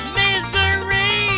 misery